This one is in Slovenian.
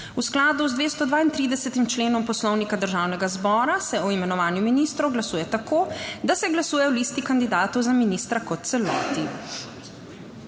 V skladu z 232. členom Poslovnika Državnega zbora se o imenovanju ministrov glasuje tako, da se glasuje o listi kandidatov za ministra kot v celoti.